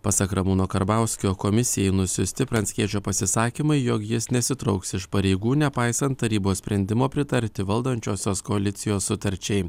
pasak ramūno karbauskio komisijai nusiųsti pranckiečio pasisakymai jog jis nesitrauks iš pareigų nepaisant tarybos sprendimo pritarti valdančiosios koalicijos sutarčiai